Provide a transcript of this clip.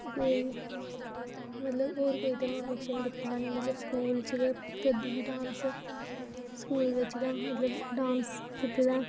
कोई मतलब होर कोई ते में फंक्शन कोई कीता ऐनी मतलब स्कूल च गै करदी ही डांस स्कूल बिच गै मतलब डांस कीते